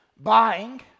buying